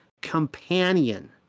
companion